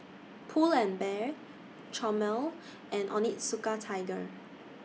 Pull and Bear Chomel and Onitsuka Tiger